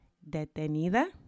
detenida